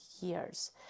years